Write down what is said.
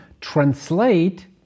translate